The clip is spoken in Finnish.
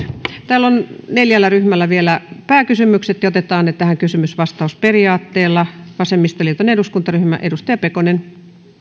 täällä on vielä neljällä ryhmällä pääkysymykset otetaan ne tähän kysymys vastaus periaatteella vasemmistoliiton eduskuntaryhmä edustaja pekonen